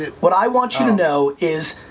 ah what i want you to know is,